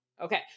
Okay